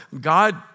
God